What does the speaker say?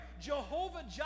Jehovah